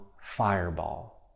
fireball